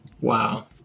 Wow